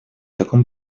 таком